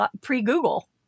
pre-Google